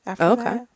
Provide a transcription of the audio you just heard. Okay